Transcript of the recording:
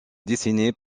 dessinées